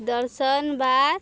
ଦର୍ଶନ ବାଦ୍